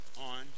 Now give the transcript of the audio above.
on